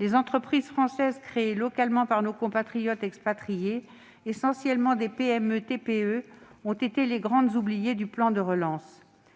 les entreprises françaises créées localement par nos compatriotes expatriés, essentiellement des PME ou TPE, ont été les grandes oubliées du plan de relance.